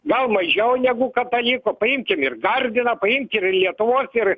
gal mažiau negu katalikų paimkim ir gardiną paimkim lietuvos ir